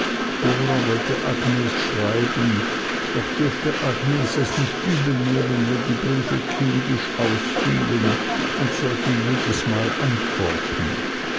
sollte agnes schreiben doch dürfte agnes es nicht übelnehmen wenn die briefe kindisch ausfielen und sollte jedes mal antworten